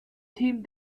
team